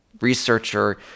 researcher